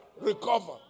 recover